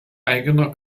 eigener